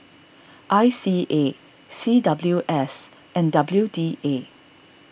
I C A C W S and W D A